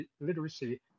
literacy